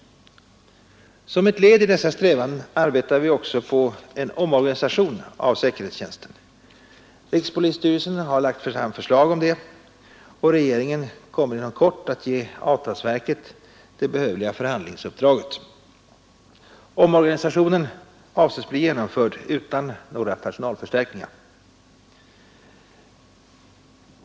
Som ett led i dessa strävanden arbetar vi också på en omorganisation av säkerhetstjänsten. Rikspolisstyrelsen har lagt fram förslag härom. Regeringen ämnar inom kort att ge avtalsverket erforderligt förhandlingsuppdrag. Omorganisationen avses bli genomförd utan några personalförstärkningar.